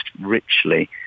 richly